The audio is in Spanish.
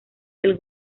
del